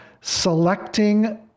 selecting